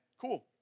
cool